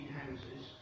houses